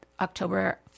October